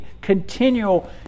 continual